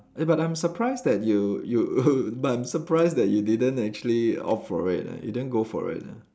eh but I'm surprised that you you but I'm surprised that you didn't actually opt for it ah you didn't go for it ah